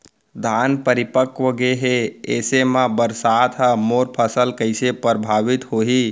धान परिपक्व गेहे ऐसे म बरसात ह मोर फसल कइसे प्रभावित होही?